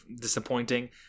disappointing